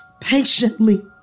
patiently